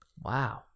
Wow